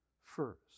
first